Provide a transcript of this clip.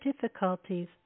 difficulties